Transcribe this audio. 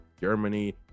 Germany